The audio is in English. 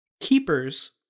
Keepers